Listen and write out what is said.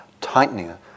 tightening